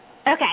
Okay